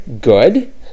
good